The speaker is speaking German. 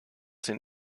den